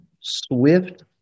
Swift